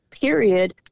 period